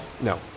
No